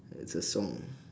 ya it's a song